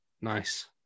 Nice